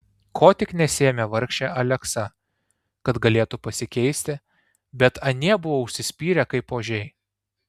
ko tik nesiėmė vargšė aleksa kad galėtų pasikeisti bet anie buvo užsispyrę kaip ožiai